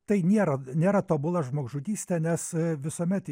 tai nėra nėra tobula žmogžudystė nes visuomet